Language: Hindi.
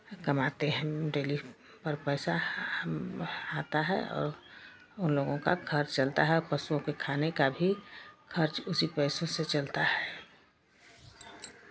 कमाते हैं डेरी पर पैसा आता है और उनलोगों का घर चलता है पशुओं के खाने का भी खर्च उसी पैसे से चलता है